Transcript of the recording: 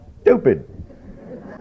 stupid